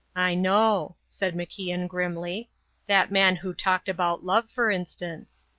i know, said macian grimly that man who talked about love, for instance.